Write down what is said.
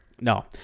No